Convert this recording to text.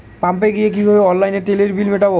পাম্পে গিয়ে কিভাবে অনলাইনে তেলের বিল মিটাব?